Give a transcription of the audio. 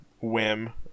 whim